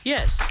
Yes